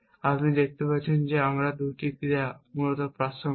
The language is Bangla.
এবং আপনি দেখতে পাচ্ছেন যে আমরা 2টি ক্রিয়া মূলত প্রাসঙ্গিক